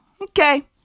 Okay